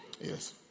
yes